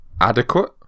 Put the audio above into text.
adequate